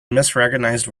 misrecognized